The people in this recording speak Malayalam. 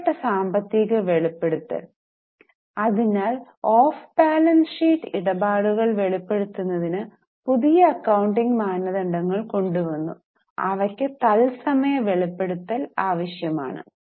മെച്ചപ്പെട്ട സാമ്പത്തിക വെളിപ്പെടുത്തൽ അതിനാൽ ഓഫ് ബാലൻസ് ഷീറ്റ് ഇടപാടുകൾ വെളിപ്പെടുത്തുന്നതിന് പുതിയ അക്കൌണ്ടിംഗ് മാനദണ്ഡങ്ങൾ കൊണ്ടുവന്നുഅവയ്ക്ക് തത്സമയ വെളിപ്പെടുത്തൽ ആവശ്യമാണ്